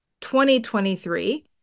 2023